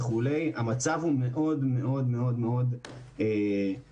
יודע שהמצב הוא מאוד מאוד לא פשוט